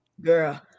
girl